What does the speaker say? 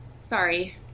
Sorry